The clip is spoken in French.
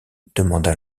demanda